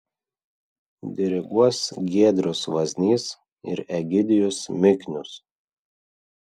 diriguos giedrius vaznys ir egidijus miknius